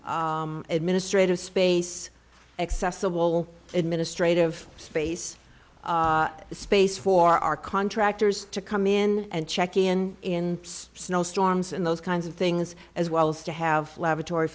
administrative space accessible administrative space space for our contractors to come in and check in in snowstorms and those kinds of things as well as to have laboratory